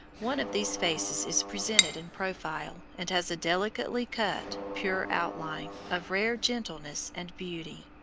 one of these faces is presented in profile, and has a delicately cut, pure outline, of rare gentleness and beauty.